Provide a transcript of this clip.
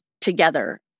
together